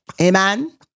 Amen